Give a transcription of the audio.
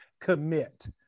Commit